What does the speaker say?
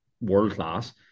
world-class